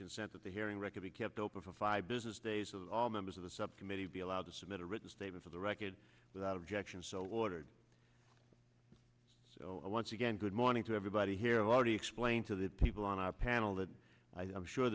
consent that the hearing record he kept open for five business days of all members of the subcommittee be allowed to submit a written statement of the record without objection so ordered so once again good morning to everybody here already explained to the people on our panel that i'm sure